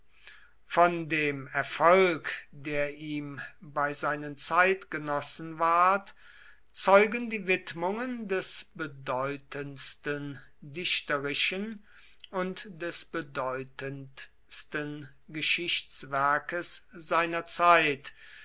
von dem erfolg der ihm bei seinen zeitgenossen ward zeugen die widmungen des bedeutendsten dichterischen und des bedeutendsten geschichtswerkes seiner zeit